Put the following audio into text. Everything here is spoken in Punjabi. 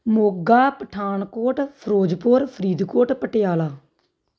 ਮੋਗਾ ਪਠਾਨਕੋਟ ਫਿਰੋਜ਼ਪੁਰ ਫਰੀਦਕੋਟ ਪਟਿਆਲਾ